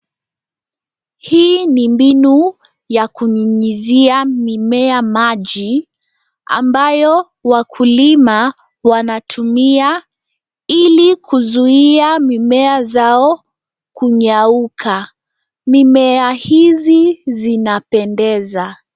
Hii ni mbinu ya kunyunyizia mimea maji ambayo wakulima wanatumia ili kuzuia mimea zao kunyauka. Mimea hizi zinapendeza.